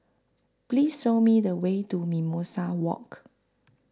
Please Show Me The Way to Mimosa Walk